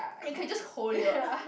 I mean you can just hold it what